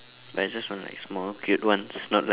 but I just want like small cute ones not like